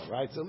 Right